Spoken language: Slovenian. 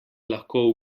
lahko